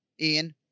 Ian